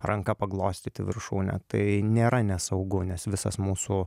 ranka paglostyti viršūnę tai nėra nesaugu nes visas mūsų